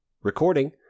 Recording